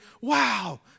wow